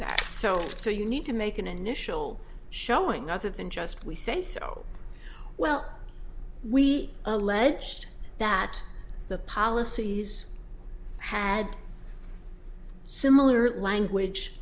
that so so you need to make an initial showing other than just we say so well we alleged that the policies had similar language